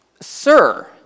Sir